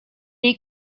est